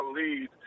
lead